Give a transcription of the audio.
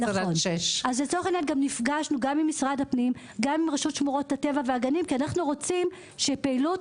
לצורך העניין נפגשנו גם עם רשות הטבע והגנים כי אנחנו רוצים שפעילות